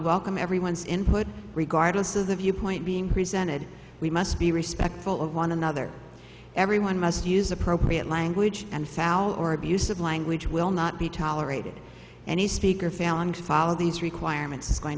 welcome everyone's input regardless of the viewpoint being presented we must be respectful of one another everyone must use appropriate language and foul or abusive language will not be tolerated and he speaker failing to follow these requirements is going